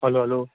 hello hello